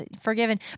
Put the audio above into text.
forgiven